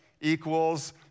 equals